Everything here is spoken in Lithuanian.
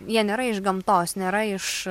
jie nėra iš gamtos nėra iš